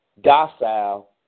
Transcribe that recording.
docile